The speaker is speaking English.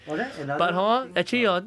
but then another thing uh